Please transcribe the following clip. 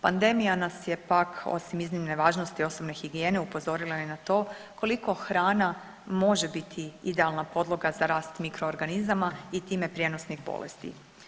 Pandemija nas je pak osim iznimne važnosti, osobne higijene upozorila i na to koliko hrana može biti idealna podloga za rast mikro organizama i time prijenosnik bolesti.